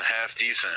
half-decent